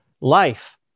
Life